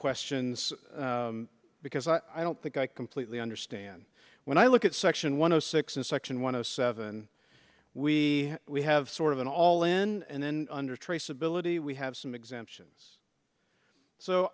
questions because i don't think i completely understand when i look at section one of six in section one of seven we we have sort of an all in and then under traceability we have some exemptions so